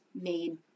made